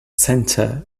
centre